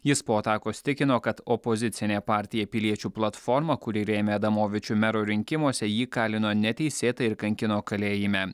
jis po atakos tikino kad opozicinė partija piliečių platforma kuri rėmė adamovičių mero rinkimuose jį kalino neteisėtai ir kankino kalėjime